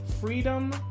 freedom